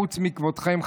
חוץ מכבודכם,